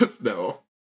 No